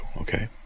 okay